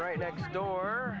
right next door